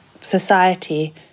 society